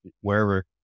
wherever